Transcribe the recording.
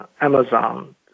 Amazon